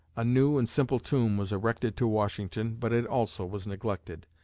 a new and simple tomb was erected to washington, but it also was neglected.